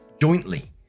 jointly